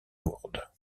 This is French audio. lourde